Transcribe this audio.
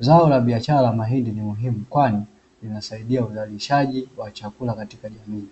Zao la biashara la mahindi ni muhimu kwani linasaidia uzalishaji wa chakula katika jamii.